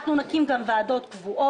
אנחנו גם נקים ועדות קבועות,